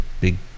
big